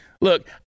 look